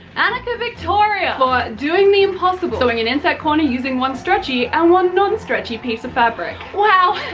annika victoria, for doing the impossible, sewing an inside corner using one stretchy. and one non-stretchy piece of fabric. wow!